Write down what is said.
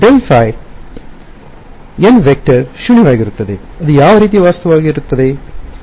· nˆ ಶೂನ್ಯವಾಗಿರುತ್ತದೆ ಅದು ಯಾವ ರೀತಿಯ ವಸ್ತುವಾಗಿರುತ್ತದೆ